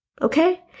Okay